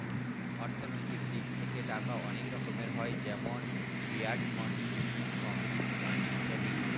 অর্থনৈতিক দিক দিয়ে টাকা অনেক রকমের হয় যেমন ফিয়াট মানি, কমোডিটি মানি ইত্যাদি